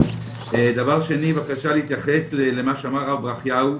דבר שני בבקשה להתייחס למה שאמר הרב ברכיהו,